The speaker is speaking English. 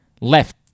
left